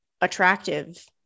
attractive